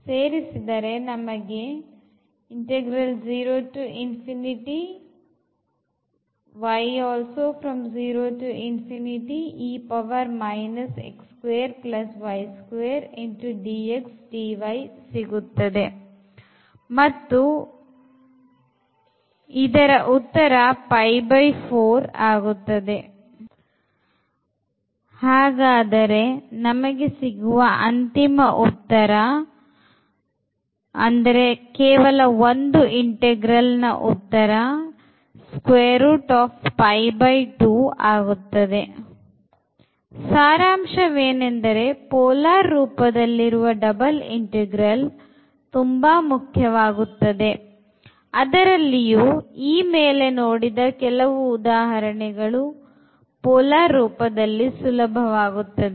ಸಾರಾಂಶವೇನೆಂದರೆ polar ರೂಪದಲ್ಲಿರುವ double integral ತುಂಬಾ ಮುಖ್ಯವಾಗುತ್ತದೆ ಅದರಲ್ಲಿಯೂ ಈ ಮೇಲೆ ನೋಡಿದ ಕೆಲವು ಉದಾಹರಣೆಗಳು polar ರೂಪದಲ್ಲಿ ಸುಲಭವಾಗುತ್ತದೆ